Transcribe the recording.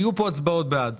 היו פה הצבעות בעד.